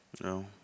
No